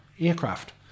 aircraft